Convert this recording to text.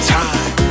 time